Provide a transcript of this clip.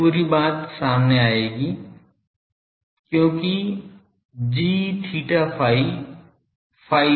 यह पूरी बात सामने आएगी क्योंकि gθϕ phi से स्वतंत्र है